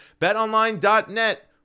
Betonline.net